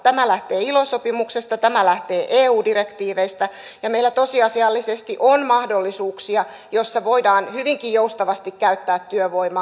tämä lähtee ilo sopimuksesta tämä lähtee eu direktiiveistä ja meillä tosiasiallisesti on mahdollisuuksia joissa voidaan hyvinkin joustavasti käyttää työvoimaa